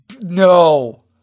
No